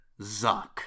Zuck